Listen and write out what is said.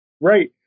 Right